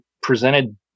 presented